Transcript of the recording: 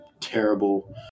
terrible